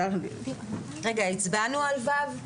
רגע, הצבענו על (ו)?